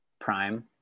Prime